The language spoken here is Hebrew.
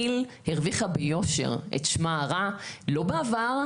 כי"ל הרוויחה ביושר את שמה הרע לא בעבר,